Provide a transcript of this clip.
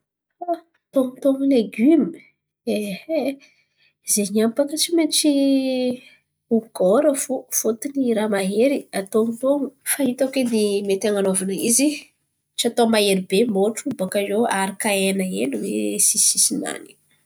Ah tonotono legioma, aihay zen̈y niany baka tsy maintsy ho gôra fo fôtiny raha mahery aton̈oton̈o. Fa hitako edy mety an̈anovana izy atao mahery be motro Bòakaio aharaka hena hely oe sisi-nany.